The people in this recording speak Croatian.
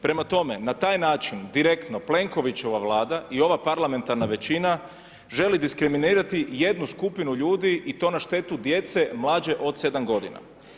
Prema tome, na taj način, direktno, Plenkovićeva Vlada i ova parlamentarna većina želi diskriminirati jednu skupinu ljudi i to na štetu djece mlađe od 7 godine.